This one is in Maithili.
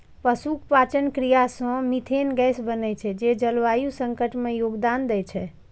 पशुक पाचन क्रिया सं मिथेन गैस बनै छै, जे जलवायु संकट मे योगदान दै छै